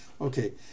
Okay